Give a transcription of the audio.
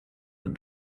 that